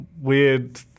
weird